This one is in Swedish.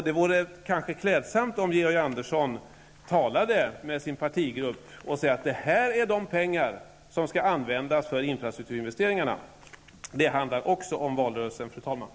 Det vore kanske klädsamt om Georg Andersson talade med sin partigrupp och sade att detta är de pengar som skall användas för infrastrukturinvesteringar. Det handlar också om valrörelsen, fru talman.